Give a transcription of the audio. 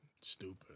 Stupid